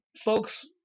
folks